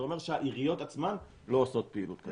זה אומר שהעיריות עצמן לא עושות פעילות כזאת.